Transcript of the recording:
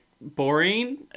boring